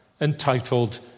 entitled